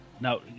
now